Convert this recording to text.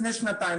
לפני שנתיים,